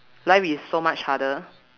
life is so much harder